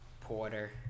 Porter